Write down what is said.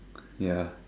ya